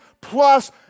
plus